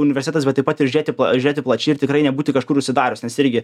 universitetais bet taip pat ir žiūrėti žiūrėti plačiai ir tikrai nebūti kažkur užsidarius nes irgi